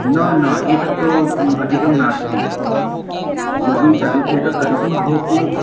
न न एतत् तु अधिकं नास्ति यदि अदि एतत् अधिकं भवति